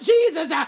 Jesus